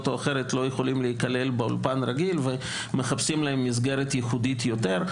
או אחרת לא יכולים להיכלל באולפן רגיל ומחפשים להם מסגרת ייחודית יותר.